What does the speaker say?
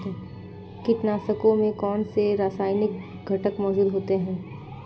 कीटनाशकों में कौनसे रासायनिक घटक मौजूद होते हैं?